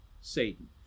Satan